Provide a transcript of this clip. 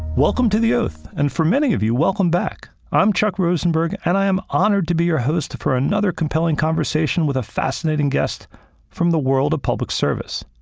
welcome to the oath, and for many of you, welcome back. i'm chuck rosenberg, and i am honored to be your host for another compelling conversation with a fascinating guest from the world of public service.